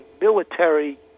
military